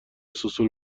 سوسول